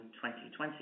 2020